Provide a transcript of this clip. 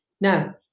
Now